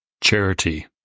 Charity